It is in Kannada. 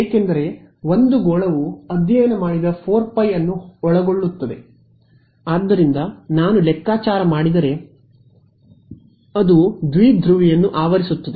ಏಕೆಂದರೆ ಒಂದು ಗೋಳವು ಅಧ್ಯಯನ ಮಾಡಿದ 4π ಅನ್ನು ಒಳಗೊಳ್ಳುತ್ತದೆ ಆದ್ದರಿಂದ ನಾನು ಲೆಕ್ಕಾಚಾರ ಮಾಡಿದರೆ ಅದು ದ್ವಿಧ್ರುವಿಯನ್ನು ಆವರಿಸುತ್ತದೆ